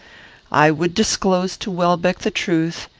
i would disclose to welbeck the truth,